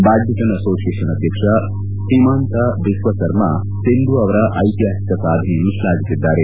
badminton association ಅಧ್ಯಕ್ಷ ಹಿಮಾನ್ತಾ ಬಿಸ್ವ ಸರ್ಮಾ ಸಿಂಧು ಅವರ ಐತಿಹಾಸಿಕ ಸಾಧನೆಯನ್ನು ಶ್ಲಾಘಿಸಿದ್ದಾರೆ